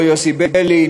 לא יוסי ביילין,